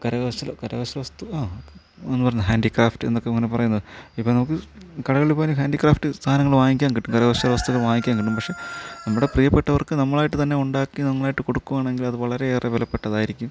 കരകൗശല കരകൗശലവസ്തു ആ എന്നുപറയുന്ന ഹാൻഡി ക്രാഫ്റ്റ് എന്നൊക്കെ പറയുന്നത് ഇപ്പം നമുക്ക് കടകളിൽ പോയാൽ ഹാൻഡിക്രഫ്ട് സാധനങ്ങൾ വാങ്ങിക്കാൻ കിട്ടും കരകൗശല വസ്തുക്കൾ വാങ്ങിക്കാൻ കിട്ടും പക്ഷേ നമ്മുടെ പ്രീയപെട്ടവർക്ക് നമ്മളായിട്ട് തന്നെ ഉണ്ടാക്കി നമ്മളായിട്ട് കൊടുക്കുവാണെങ്കിൽ അത് വളരെ ഏറെ വിലപ്പെട്ടതായിരിക്കും